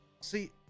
See